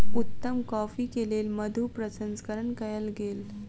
उत्तम कॉफ़ी के लेल मधु प्रसंस्करण कयल गेल